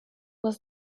was